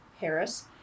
Harris